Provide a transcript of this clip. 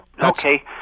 Okay